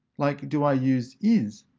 like do i use is,